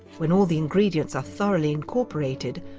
when all the ingredients are thoroughly incorporated,